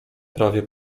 prawie